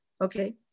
okay